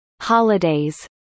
holidays